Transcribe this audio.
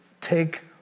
take